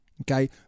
Okay